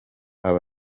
aho